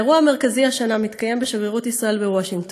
האירוע המרכזי השנה מתקיים בשגרירות ישראל בוושינגטון,